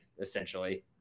essentially